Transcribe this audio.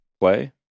play